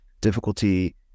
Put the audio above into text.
difficulty